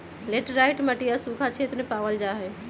laterite मटिया सूखा क्षेत्र में पावल जाहई